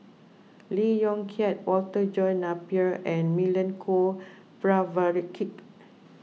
Lee Yong Kiat Walter John Napier and Milenko Prvacki